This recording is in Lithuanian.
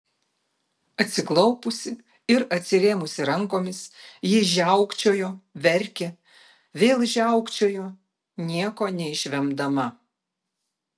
atsiklaupusi ir atsirėmusi rankomis ji žiaukčiojo verkė vėl žiaukčiojo nieko neišvemdama